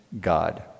God